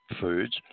foods